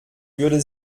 würde